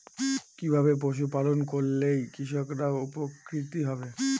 কিভাবে পশু পালন করলেই কৃষকরা উপকৃত হবে?